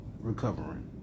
recovering